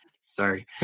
Sorry